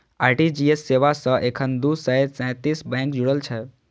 RTGS सेवा सं एखन दू सय सैंतीस बैंक जुड़ल छै